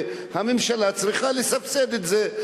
והממשלה צריכה לסבסד את זה.